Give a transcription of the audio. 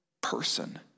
person